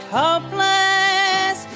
hopeless